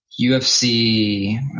UFC